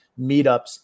meetups